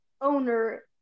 owner